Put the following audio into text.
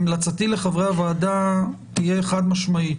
המלצתי לחברי הוועדה תהיה חד משמעית: